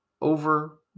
over